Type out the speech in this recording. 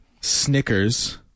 Snickers